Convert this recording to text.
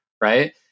Right